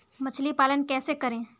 मछली पालन कैसे करें?